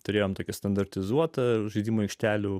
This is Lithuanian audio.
turėjome tokia standartizuota žaidimų aikštelių